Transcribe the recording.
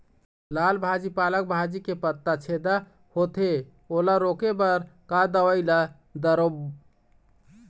लाल भाजी पालक भाजी के पत्ता छेदा होवथे ओला रोके बर का दवई ला दारोब?